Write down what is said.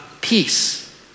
peace